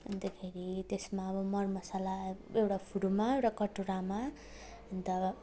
अन्तखेरि त्यसमा अब मर मसाला एउटा फुरूमा र कटौरामा अन्त